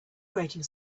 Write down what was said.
grating